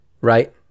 right